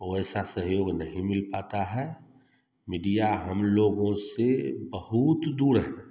वैसा सहयोग नहीं मिल पाता है मीडिया हम लोगों से बहुत दूर है